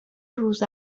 روز